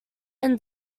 and